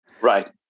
Right